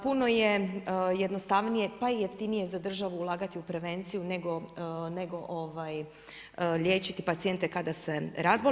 Puno je jednostavnije pa i jeftinije za državu ulagati u prevenciju nego liječiti pacijente kada se razbole.